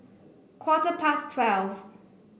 quarter past twelve